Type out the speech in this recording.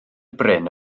bryn